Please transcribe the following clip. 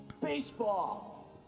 Baseball